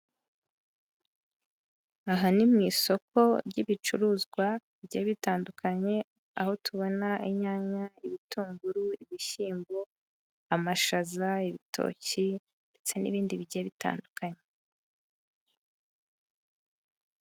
Aha ni mu isoko ry'ibicuruzwa bigiye bitandukanye, aho tubona inyanya, ibitunguru, ibishyimbo, amashaza, ibitoki, ndetse n'ibindi bice bitandukanye.